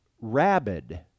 rabid